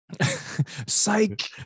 Psych